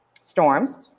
storms